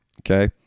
okay